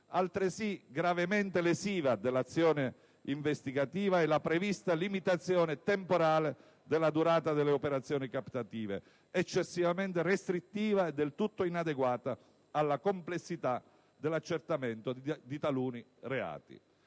Altresì gravemente lesiva dell'azione investigativa è la prevista limitazione temporale della durata delle operazioni captative, eccessivamente restrittiva e del tutto inadeguata alla complessità di accertamento di taluni reati.